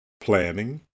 planning